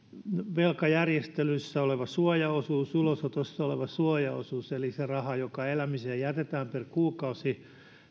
velkajärjestelyissä oleva suojaosuus ulosotossa oleva suojaosuus eli se raha joka elämiseen jätetään per kuukausi